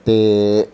ते